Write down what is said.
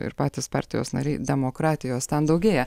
ir patys partijos nariai demokratijos ten daugėja